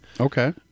Okay